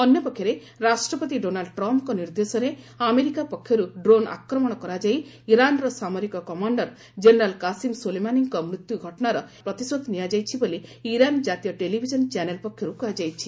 ଅନ୍ୟପକ୍ଷରେ ରାଷ୍ଟ୍ରପତି ଡୋନାଲ୍ଡ ଟ୍ରମ୍ପଙ୍କ ନିର୍ଦ୍ଦେଶରେ ଆମେରିକା ପକ୍ଷରୁ ଡ୍ରୋନ୍ ଆକ୍ରମଣ କରାଯାଇ ଇରାନର ସାମରିକ କମାଣ୍ଡର ଜେନେରାଲ୍ କାଶିମ ସୋଲେମାନିଙ୍କ ମୃତ୍ୟୁ ଘଟଣାର ଏହା ଦ୍ୱାରା ପ୍ରତିଶୋଧ ନିଆଯାଇଛି ବୋଲି ଇରାନ ଜାତୀୟ ଟେଲିଭିଜନ ଚ୍ୟାନେଲ୍ ପକ୍ଷରୁ କୁହାଯାଇଛି